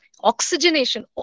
oxygenation